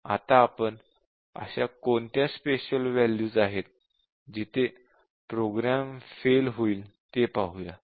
आता आपण अशा कोणत्या स्पेशल वॅल्यूज आहेत जिथे प्रोग्राम फेल होईल ते पाहूया